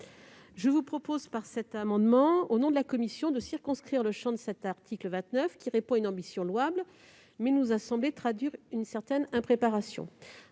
Je vous propose, par cet amendement que je présente au nom de la commission, de circonscrire le champ de cet article qui répond à une ambition louable, mais qui nous semble traduire une certaine impréparation.